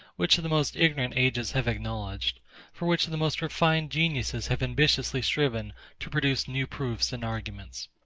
which the most ignorant ages have acknowledged for which the most refined geniuses have ambitiously striven to produce new proofs and arguments?